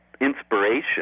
inspiration